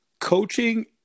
Coaching